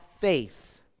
faith